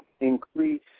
increase